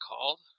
called